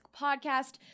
podcast